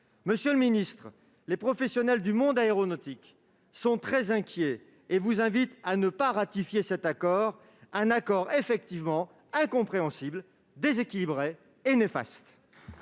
Monsieur le ministre, les professionnels du monde aéronautique sont très inquiets et vous invitent à ne pas ratifier cet accord, lequel est effectivement incompréhensible, déséquilibré et néfaste.